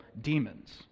demons